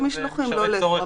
שירות משלוחים לא לאסור,